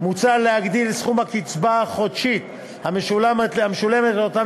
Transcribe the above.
מוצע להגדיל את סכום הקצבה החודשית המשולמת לאותם